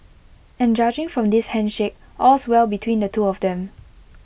and judging from this handshake all's well between the two of them